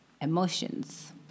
emotions